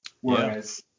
whereas